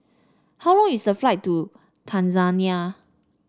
how long is the flight to Tanzania